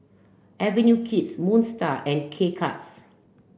Avenue Kids Moon Star and K Cuts